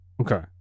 Okay